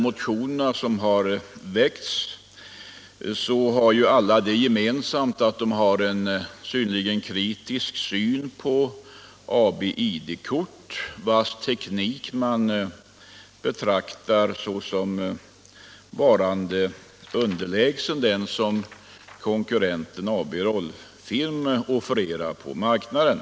Motionerna har alla det gemensamt att de innehåller en synnerligen kritisk syn på AB ID-kort, vars teknik man betraktar såsom varande underlägsen den som konkurrenten AB Rollfilm offererar på marknaden.